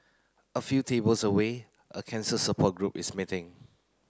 a few tables away a cancer support group is meeting